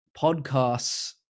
podcasts